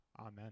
Amen